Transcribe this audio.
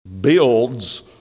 builds